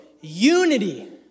unity